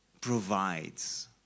provides